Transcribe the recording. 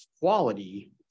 quality